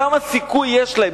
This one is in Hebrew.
כמה סיכוי יש להם.